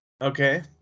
Okay